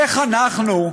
איך אנחנו,